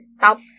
top